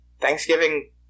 Thanksgiving